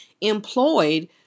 employed